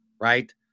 right